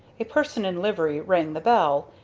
a person in livery rang the bell,